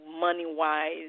money-wise